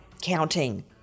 counting